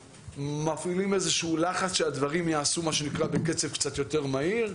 מפעילים איזשהו לחץ שהדברים ייעשו בקצב קצת יותר מהיר,